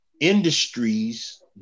industries